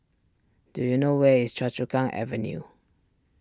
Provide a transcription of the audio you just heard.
do you know where is Choa Chu Kang Avenue